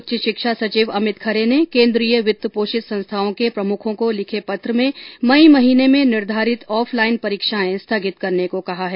उच्च शिक्षा सचिव अमित खरे ने केन्द्रीय वित्त पोषित संस्थाओं के प्रमुखों को लिखे पत्र में मई महीने में निर्धारित ऑफलाइन परीक्षाएं स्थगित करने को कहा है